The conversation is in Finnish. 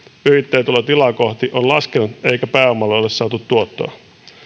yrittäjätulo tilaa kohti on laskenut eikä pääomalle ole saatu tuottoa